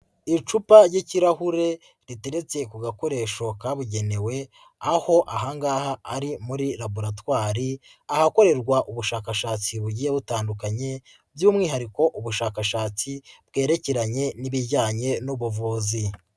Icupa ry'ikirahure riteretse ku gakoresho kabugenewe, aho aha ngaha ari muri laboratwari ahakorerwa ubushakashatsi bugiye butandukanye by'umwihariko ubushakashatsi bwerekeranye n'ibijyanye n'ubuvuzi.